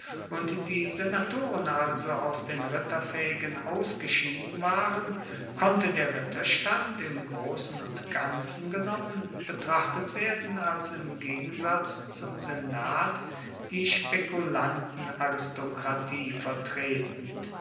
und die senatoren also aus den ritterfähigen ausgeschieden waren konnte der ritterstand im großen und ganzen genommen betrachtet werden als im gegensatz zum senat die spekulantenaristokratie vertretend